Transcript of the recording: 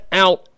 out